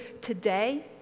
today